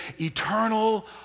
eternal